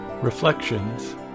Reflections